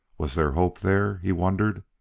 was there hope there? he wondered.